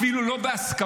אפילו לא בהסכמה.